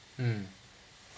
mm